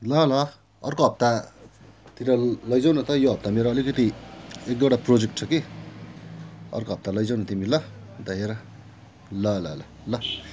ल ल अर्को हप्तातिर लैजाउ न त यो हप्ता मेरो अलिकति एक दुइवटा प्रोजेक्ट छ कि अर्को हप्ता लैजाउ न तिमी ल अन्त हेर ल ल ल